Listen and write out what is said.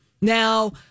Now